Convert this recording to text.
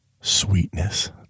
sweetness